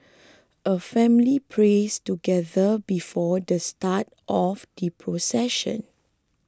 a family prays together before the start of the procession